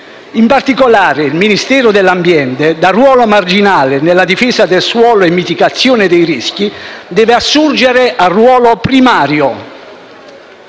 In particolare, il Ministero dell'ambiente, da un ruolo marginale nella difesa del suolo e mitigazione dei rischi, deve assurgere a un ruolo primario.